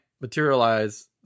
materialize